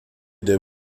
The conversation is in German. der